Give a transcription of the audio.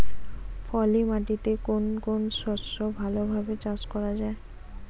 পলি মাটিতে কোন কোন শস্য ভালোভাবে চাষ করা য়ায়?